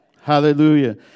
Hallelujah